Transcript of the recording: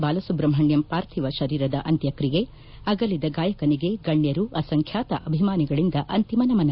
ಬಾಲಸುಬ್ರಮಣ್ಣಂ ಪಾರ್ಥಿವ ಶರೀರದ ಅಂತ್ಪಕ್ರಿಯೆ ಅಗಲಿದ ಗಾಯಕನಿಗೆ ಗಣ್ಣರು ಅಸಂಖ್ಲಾತ ಅಭಿಮಾನಿಗಳಿಂದ ಅಂತಿಮ ನಮನ